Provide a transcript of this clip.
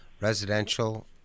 residential